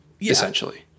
essentially